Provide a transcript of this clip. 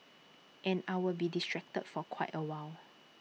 and I will be distracted for quite A while